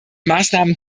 maßnahmen